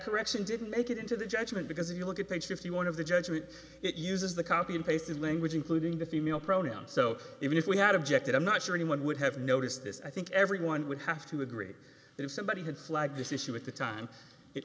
correction didn't make it into the judgement because if you look at page fifty one of the judgment it uses the copy and paste in language including the female pronoun so even if we had objected i'm not sure anyone would have noticed this i think everyone would have to agree that if somebody had flagged this issue at the time it